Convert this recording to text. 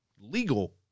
legal